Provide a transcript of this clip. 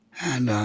and